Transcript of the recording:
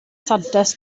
santes